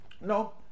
no